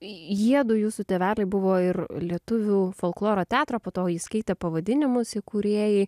jiedu jūsų tėveliai buvo ir lietuvių folkloro teatro po to jis keitė pavadinimus įkūrėjai